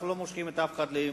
אנחנו לא מושכים את אף אחד לעימות,